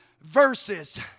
verses